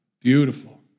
Beautiful